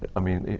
i mean,